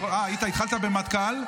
התחלת במטכ"ל,